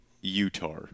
Utah